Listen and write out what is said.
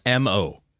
MO